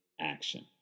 action